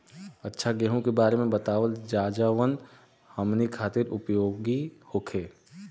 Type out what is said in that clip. अच्छा गेहूँ के बारे में बतावल जाजवन हमनी ख़ातिर उपयोगी होखे?